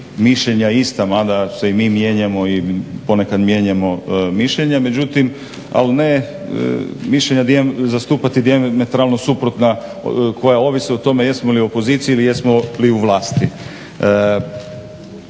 mišljenja ista, mada se i mi mijenjamo i ponekad mijenjamo mišljenja. Međutim, ali ne mišljenja, zastupati dijametralno suprotna koja ovise o tome jesmo li u opoziciji ili jesmo li u vlasti.